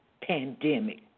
pandemic